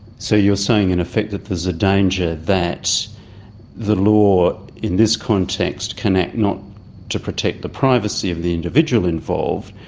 so you're saying in effect that there's a danger that the law in this context can act not to protect the privacy of the individual involved,